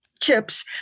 chips